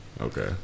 okay